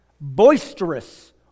boisterous